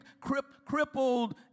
crippled